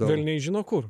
velniai žino kur